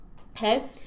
Okay